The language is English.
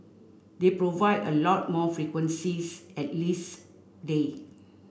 they provide a lot more frequencies at least day